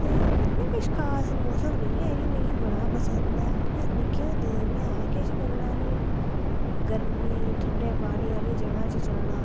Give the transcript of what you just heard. ते इ'यां किश खास मौसम निं ऐ कि मिगी बड़ा पसंद ऐ इ'यां निक्के होंदे ऐ किश गल्लां कि गर्मियें गी ठंडे पानी आह्ली जगह पर जाना